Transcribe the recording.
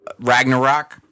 Ragnarok